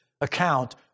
account